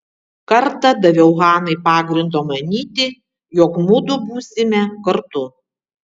kartą daviau hanai pagrindo manyti jog mudu būsime kartu